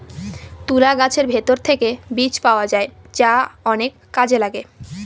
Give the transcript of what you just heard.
তুলা গাছের ভেতর থেকে বীজ পাওয়া যায় যা অনেক কাজে লাগে